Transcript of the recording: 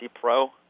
Pro